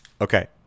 okay